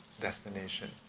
destination